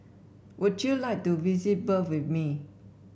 would you like to visit Bern with me